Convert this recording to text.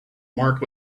marked